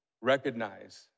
recognize